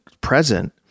present